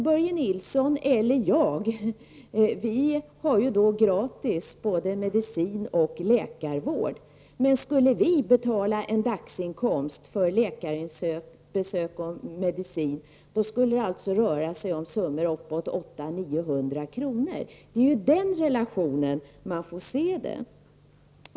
Börje Nilsson och jag t.ex. har gratis både medicin och läkarvård, men skulle vi betala en dagsinkomst för läkarbesök och medicin, skulle det för oss röra sig om uppåt 800 å 900 kr. Det är i den relationen man får se det.